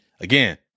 again